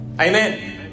Amen